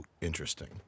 interesting